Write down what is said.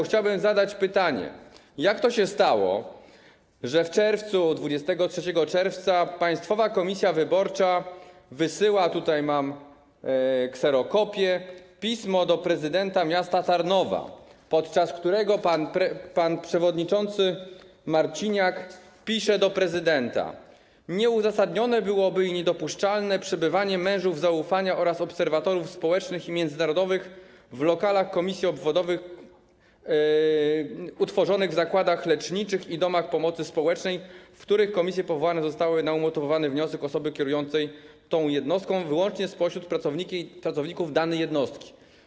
Chciałbym zadać pytanie, jak to się stało, że w czerwcu, 23 czerwca Państwowa Komisja Wyborcza wysyła - tutaj mam kserokopię - pismo do prezydenta miasta Tarnowa, w którym pan przewodniczący Marciniak pisze do prezydenta: Nieuzasadnione byłoby i niedopuszczalne przebywanie mężów zaufania oraz obserwatorów społecznych i międzynarodowych w lokalach komisji obwodowych utworzonych w zakładach leczniczych i domach pomocy społecznej, w których komisje powołane zostały na umotywowany wniosek osoby kierującej tą jednostką, wyłącznie spośród pracowników danej jednostki.